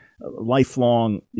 lifelong